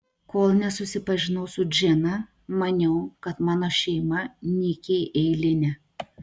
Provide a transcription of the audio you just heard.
kol nesusipažinau su džina maniau kad mano šeima nykiai eilinė